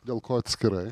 dėl ko atskirai